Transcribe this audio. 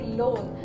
loan